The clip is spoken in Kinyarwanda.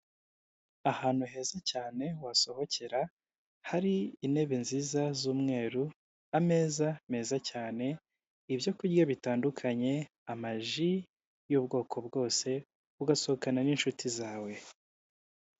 Ahantu heza cyane wasohokera, hari intebe nziza z'umweru, ameza meza cyane, ibyo kurya bitandukanye, amaji y'ubwoko bwose, ugasohokana n'inshuti zawe.